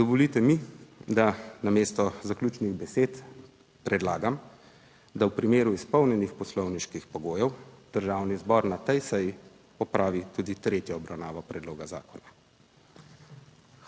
Dovolite mi, da namesto zaključnih besed predlagam, da v primeru izpolnjenih poslovniških pogojev Državni zbor na tej seji opravi tudi tretjo obravnavo predloga zakona.